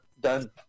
done